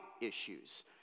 issues